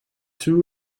two